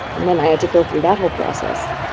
and then i had to go through that whole process.